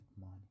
money